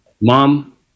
mom